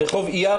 רחוב אייר?